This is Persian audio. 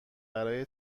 برای